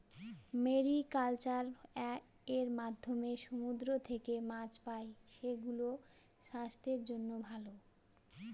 mariculture এর মাধ্যমে সমুদ্র থেকে মাছ পাই, সেগুলো স্বাস্থ্যের জন্য ভালো